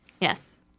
Yes